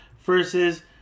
versus